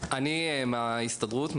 אני מההסתדרות,